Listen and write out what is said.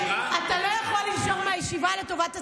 אתה לא יכול לנשור מהישיבה לטובת הצבא.